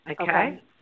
Okay